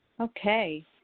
Okay